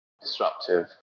disruptive